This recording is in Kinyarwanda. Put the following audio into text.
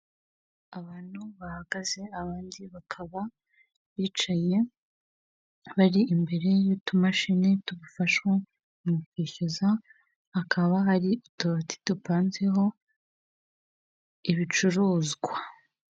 Abantu bahagaze abandi bakaba bicaye, bari imbere y'utumashini tufasha mu kwishyuza, hakaba hari utubati tupanzeho ibicuruzwa.